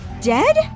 dead